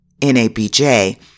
NABJ